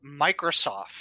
Microsoft